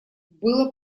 было